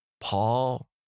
Paul